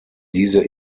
diese